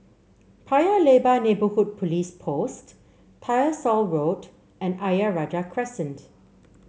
Paya Lebar Neighbourhood Police Post Tyersall Road and Ayer Rajah Crescent